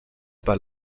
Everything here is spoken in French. pas